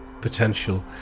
potential